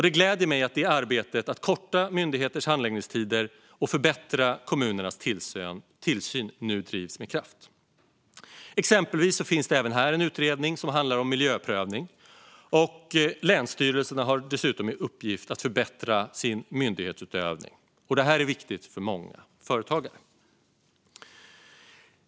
Det gläder mig att arbetet med att korta myndigheters handläggningstider och förbättra kommunernas tillsyn nu bedrivs med kraft. Exempelvis finns det även här en utredning som handlar om miljöprövning, och länsstyrelserna har dessutom i uppgift att förbättra sin myndighetsutövning. Det är viktigt för många företagare.